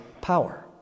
power